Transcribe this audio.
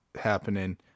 happening